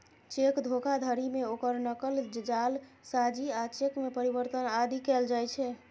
cheque धोखाधड़ी मे ओकर नकल, जालसाजी आ चेक मे परिवर्तन आदि कैल जाइ छै